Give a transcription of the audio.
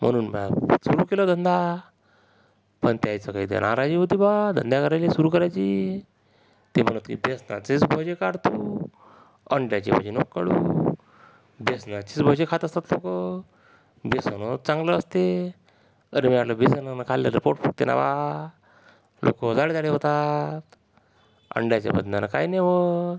म्हणून बा आपन सुरू केला धंदा पण त्याचं काय देणार आई होती बा धंदा करायची सुरू करायची ते म्हणे की बेसनाचेच भजे काढ तू अंड्याची भजी नको काढू बेसनाचीच भजी खात असतात लोक जे सर्वांनाच चांगले असते अरे मी बोललं बेसनाने खाल्ल्याने पोट फुगते ना बा लोक जाड जाड होतात अंड्याच्या भजन्याला काही नाही होत